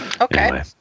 Okay